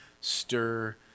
stir